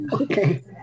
Okay